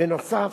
בנוסף,